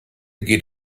geht